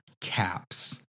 CAPS